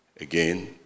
Again